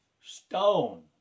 stone